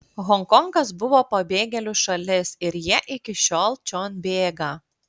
honkongas buvo pabėgėlių šalis ir jie iki šiol čion bėga